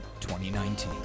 2019